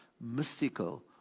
mystical